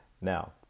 Now